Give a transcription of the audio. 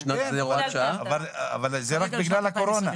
אבל זה רק בגלל הקורונה.